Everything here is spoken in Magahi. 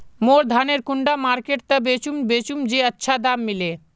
मोर धानेर कुंडा मार्केट त बेचुम बेचुम जे अच्छा दाम मिले?